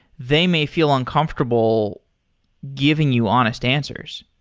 they may feel uncomfortable giving you honest answers.